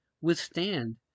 withstand